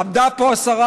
עמדה פה השרה,